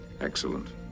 Excellent